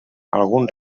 algun